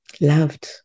loved